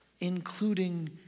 including